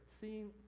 seeing